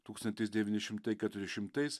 tūkstantis devyni šimtai keturiasdešimtais